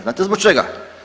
Znate zbog čega?